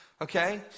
Okay